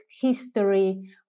history